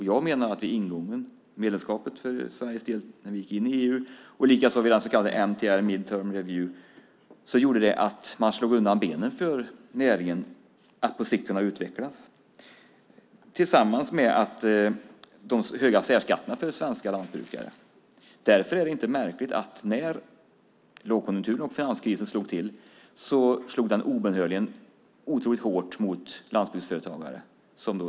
Jag menar att vi vid ingången i medlemskapet för Sveriges del när vi gick med i EU och likaså vid den så kallade MTR, Midterm Review, slog undan benen för näringen att på sikt kunna utvecklas. Detsamma gäller för de höga särskatterna för svenska lantbrukare. Det är därför inte märkligt att när lågkonjunkturen och finanskrisen slog till så slog det obönhörligen hårt mot lantbruksföretagare.